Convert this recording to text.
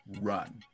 run